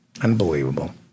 Unbelievable